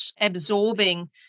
absorbing